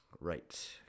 right